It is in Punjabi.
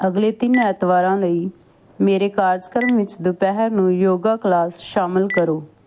ਅਗਲੇ ਤਿੰਨ ਐਤਵਾਰਾਂ ਲਈ ਮੇਰੇ ਕਾਰਜਕ੍ਰਮ ਵਿੱਚ ਦੁਪਹਿਰ ਨੂੰ ਯੋਗਾ ਕਲਾਸ ਸ਼ਾਮਲ ਕਰੋ